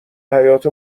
حیاطه